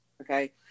Okay